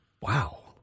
Wow